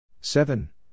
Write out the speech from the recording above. seven